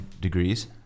degrees